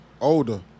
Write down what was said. older